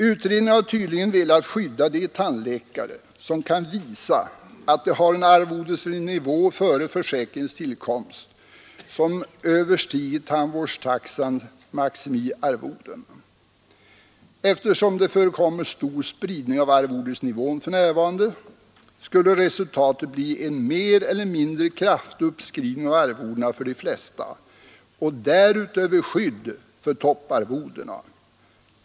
Utredningen har tydligen velat skydda de tandläkare som kan visa att de har en arvodesnivå före försäkringens tillkomst som överstiger tandvårdstaxans maximiarvoden. Eftersom det förekommer stor spridning av arvodesnivån för närvarande, skulle resultatet bli en mer eller mindre kraftig uppskrivning av arvodena för de flesta och därutöver skydd för topparvodena.